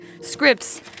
scripts